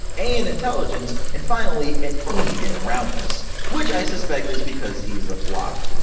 a in intelligence, and finally an e in roundness, which i suspect is because he's a block.